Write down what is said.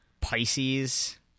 Pisces